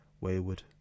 wayward